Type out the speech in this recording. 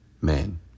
man